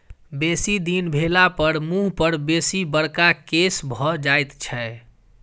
बेसी दिन भेलापर मुँह पर बेसी बड़का केश भ जाइत छै